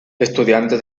estudiante